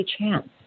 chance